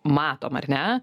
matom ar ne